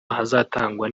hazatangwa